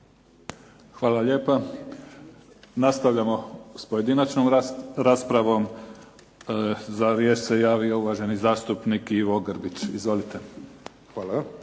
Hvala lijepa. Nastavljamo sa pojedinačnom raspravom. Za riječ se javio uvaženi zastupnik Ivo Grbić. Izvolite.